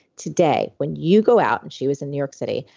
today when you go out, and she was in new york city,